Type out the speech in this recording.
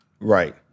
right